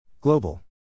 Global